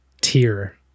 tier